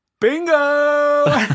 bingo